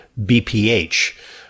BPH